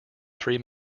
three